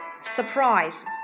Surprise